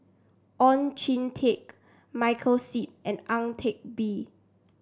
Oon Jin Teik Michael Seet and Ang Teck Bee